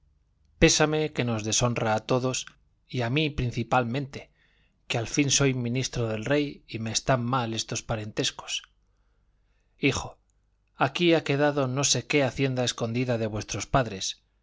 pésame que nos deshonra a todos y a mí principalmente que al fin soy ministro del rey y me están mal estos parentescos hijo aquí ha quedado no sé qué hacienda escondida de vuestros padres